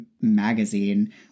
magazine